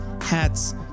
hats